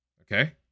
Okay